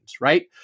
right